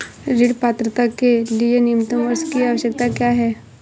ऋण पात्रता के लिए न्यूनतम वर्ष की आवश्यकता क्या है?